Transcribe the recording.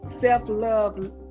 self-love